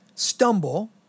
Stumble